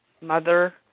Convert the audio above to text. Mother